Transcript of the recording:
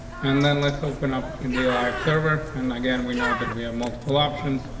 and then let's open up in the live server and again, we know that we have multiple options.